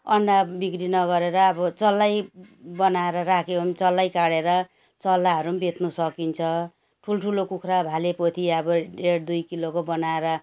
अन्डा बिक्री नगरेर अब चल्लै बनाएर राख्यौँ चल्लै काढेर चल्लाहरू बेच्न सकिन्छ ठुल्ठुलो कुखुरा भाले पोथी अब डेढ दुई किलोको बनाएर